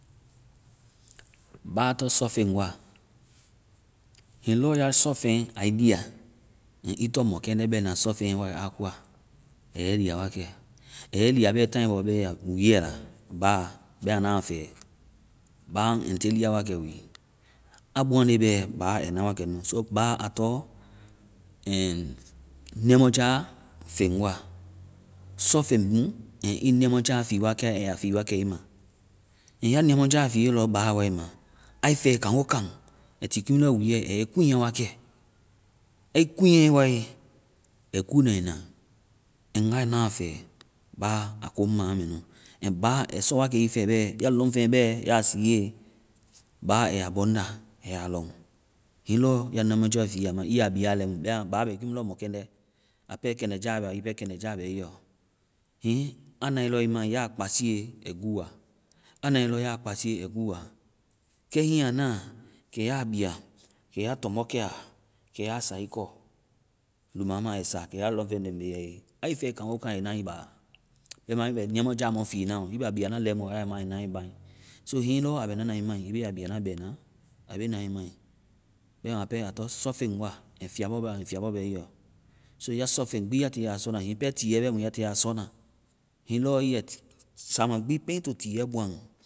Ba tɔŋ sɔfeŋ wa. Hiŋi lɔ ya sɔfeŋ a ii lia, hini ii tɔŋ mɔkɛndɛ bɛna sɔfeŋ a koa, a yɛ ii lia wakɛ. A yɛ ii lia bɔ bɛ taai bɔ bɛ ai beya wuuɛ a, ba. Bɛma na fɛ. Ba a ŋ anuty lia wakɛ wi. A bɔaŋnde bɛ, ba ai na wakɛ nu. so ba, a tɔŋ ndiamɔja feŋ wa. Sɔfeŋ mu. Ɛŋ ii ndiamɔja fii wakɛ. A ya fii wakɛ ii ma. Ɛŋ ya ndiamɔja fiie lɔ ba wae ma, aa ii fɛe kaŋgokaŋ, ai ti kiimu lɔ wuuɛ. A yɛ ii kuŋnyɛ wakɛ. A ii kuŋnyɛ wae, ai guuna ai na. Ɛŋ ngae na fɛ ba, a komu ma, a mɛ nu. Ɛŋ ba, ai sɔ wakɛ bɛ. Ya lɔŋfeŋ bɛ, ya siie, ba, a ya bɔŋda a ya lɔŋ. Hiŋi lɔ ya ndiamɔja fiiya ma. Ii ya bia lɛimu. Bɛma ba bɛ kiimu lɔ mɔkɛndɛ. A pɛ kɛndɛja bɛ a ɔ. Ii pɛ, kɛndɛja bɛ ii yɔ. Hiŋi a nae lɔ ii mai, ya kpasiie, ai guua. A nae lɔ, ya kpasiie, ai guua. Kɛ hiŋi a na kɛ ya bia, kɛ ya tɔmbɔkɛa, kɛ ya saa ii kɔ, luuma ma ai saa. Kɛ ya lɔŋfeŋ len be a ye. Ya tiie kaŋgokaŋ ai na ii ba. Bɛma ii bɛ ndiamɔja mu fiina a ɔ. Ii bɛ a biana lɛimu, a wa ya ma ai na ii ba. so hiŋi lɔ a bɛ nana ii mai, ii be a biana bɛna, a be na ii mai. Bɛma a pɛ fiiabɔ bɛ aɔ, fiiabɔ bɛ ii yɔ. So ya sɔfeŋ gbi ya tiie a sɔna, hiŋi pɛ tiiɛ bɛ mu iii ya sɔna, hiŋi lɔ ii bɛ-sama gbi pɛŋ ii to tiiɛ bɔaŋ